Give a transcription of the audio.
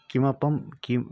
किमपि किं